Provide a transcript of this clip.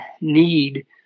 need